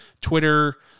Twitter